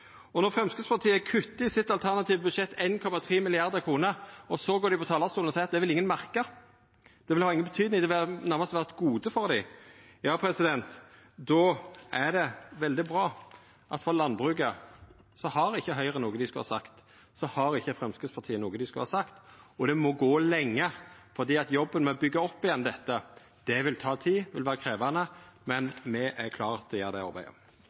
Når Framstegspartiet kuttar 1,3 mrd. kr i sitt alternative budsjett og så går på talarstolen og seier at ingen vil merka det, det vil ikkje ha betyding, at det nærmast vil vera eit gode for dei, ja, då er det veldig bra for landbruket at Høgre ikkje har noko dei skulle ha sagt, at Framstegspartiet ikkje har noko dei skulle ha sagt. Og det må vara lenge, for jobben med å byggja opp igjen dette vil ta tid, og det vil vera krevjande, men me er klare til å gjera det arbeidet.